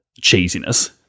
cheesiness